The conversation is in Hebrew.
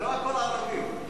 זה לא הכול ערבים.